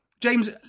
James